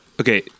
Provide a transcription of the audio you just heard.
okay